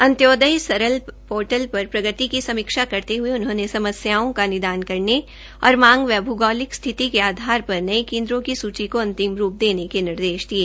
अंत्योदय सरल पर प्रगति की समीक्षा करते हुए उन्होंने समस्याओं का निदान करने और मांग एवं भूगौलिक स्थिति के आधार पर नए केंद्रों की सूची को अंतिम रूप देने के निर्देश दिए